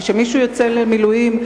כשמישהו יוצא למילואים,